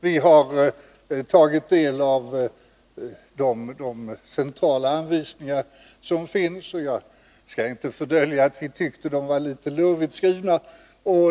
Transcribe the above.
Vi har tagit del av de centrala anvisningar som finns. Jag skall inte fördölja att vi tyckte att de var litet luddigt skrivna.